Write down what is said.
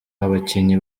abakinnyi